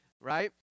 right